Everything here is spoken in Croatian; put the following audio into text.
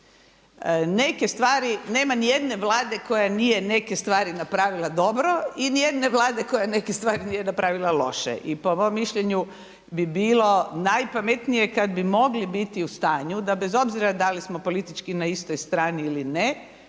Neke stvari nema nijedne vlade koja nije neke stvari napravila dobro i nijedne vlade koja neke stvari nije napravila loše i po mom mišljenju bi bilo najpametnije kada bi mogli biti u stanju da bez obzira da li smo politički na istoj strani ili ne,